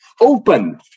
open